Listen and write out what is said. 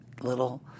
little